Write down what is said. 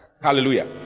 Hallelujah